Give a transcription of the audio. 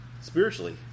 spiritually